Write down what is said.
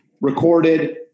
recorded